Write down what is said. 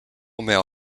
mail